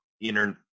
internet